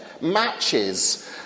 matches